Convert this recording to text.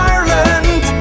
Ireland